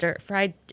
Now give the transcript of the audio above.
fried